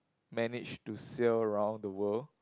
managed to sail around the world